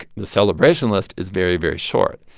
the celebration list is very, very short.